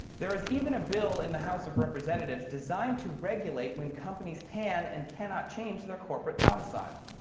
there is even a bill in the house of representatives designed to regulate when companies can and cannot change their corporate domicile.